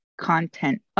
content